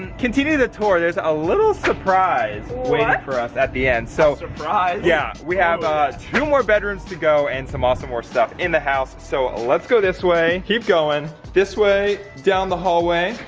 continue the tour, there's a little surprise waiting for us at the end. so surprise? yeah, we have two more bedrooms to go and some awesome more stuff in the house. so, let's go this way. keep going this way down the hallway.